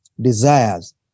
desires